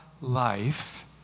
life